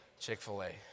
Chick-fil-A